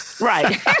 Right